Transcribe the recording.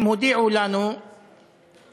הם הודיעו לנו שיש